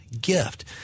gift